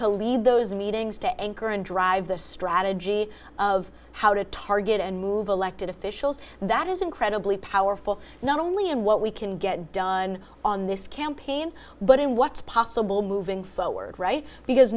to lead those meetings to anchor and drive the strategy of how to target and move elected officials that is incredibly powerful not only in what we can get done on this campaign but in what's possible moving forward right because